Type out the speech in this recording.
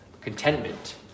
Contentment